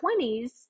20s